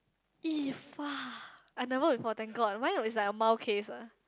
!eee! fa~ I never before thank god mine is like a mild case ah